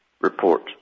report